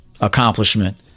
accomplishment